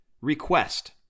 request